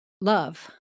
love